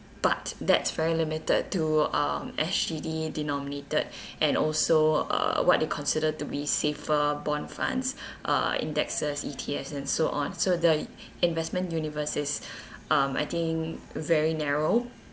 but that's very limited to um S_G_D denominated and also uh what they consider to be safer bond funds uh indexes E_T_F and so on so the investment universe is um I think very narrow